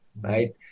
right